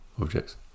objects